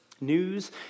news